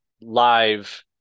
live